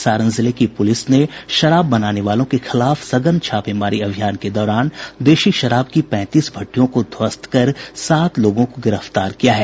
सारण जिले की पुलिस ने शराब बनाने वालों के खिलाफ सघन छापेमारी अभियान के दौरान देशी शराब की पैंतीस भट्टियों को ध्वस्त कर सात लोगों को गिरफ्तार किया है